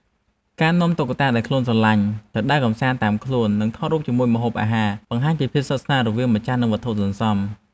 ការនាំតុក្កតាដែលខ្លួនស្រឡាញ់ទៅដើរកម្សាន្តតាមខ្លួន និងថតរូបជាមួយម្ហូបអាហារ បង្ហាញពីភាពស្និទ្ធស្នាលរវាងម្ចាស់និងវត្ថុសន្សំ។